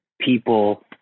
people